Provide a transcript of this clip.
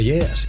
Yes